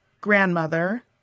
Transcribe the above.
grandmother